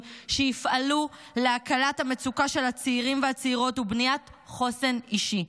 שיפעלו להקלת המצוקה של הצעירים והצעירות ובניית חוסן אישי.